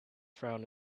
frown